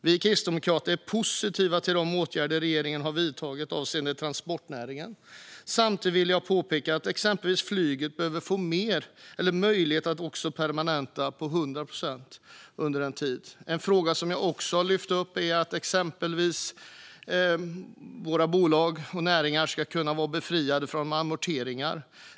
Vi kristdemokrater är positiva till de åtgärder regeringen har vidtagit avseende transportnäringen. Samtidigt vill jag påpeka att exempelvis flyget behöver få möjlighet att permittera personal på 100 procent under en tid. En annan fråga som jag också har lyft upp är att våra bolag och näringar exempelvis ska kunna vara befriade från amorteringar.